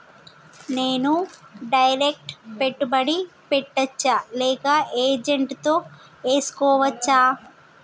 నేను డైరెక్ట్ పెట్టుబడి పెట్టచ్చా లేక ఏజెంట్ తో చేస్కోవచ్చా?